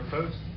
Post